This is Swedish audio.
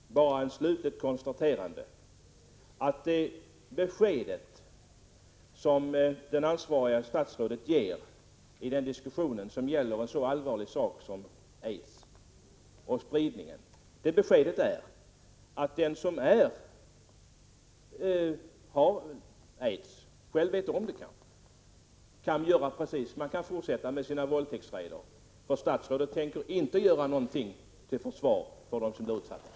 Herr talman! Bara ett slutligt konstaterande. Det besked som det ansvariga statsrådet ger i en diskussion om en så allvarlig sak som spridningen av aids är att den som har aids — och kanske själv vet om det — kan fortsätta med sina våldtäktsräder. Statsrådet tänker inte göra någonting till försvar för dem som blir utsatta.